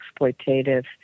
exploitative